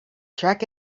track